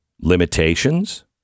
limitations